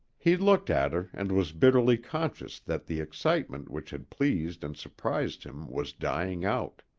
he looked at her and was bitterly conscious that the excitement which had pleased and surprised him was dying out.